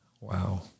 Wow